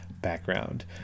background